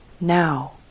now